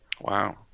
Wow